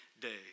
day